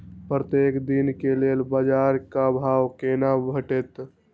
प्रत्येक दिन के लेल बाजार क भाव केना भेटैत?